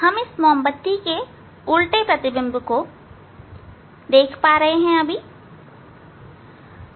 हम इस मोमबत्ती के उलटे प्रतिबिंब को देख सकते हैं